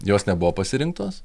jos nebuvo pasirinktos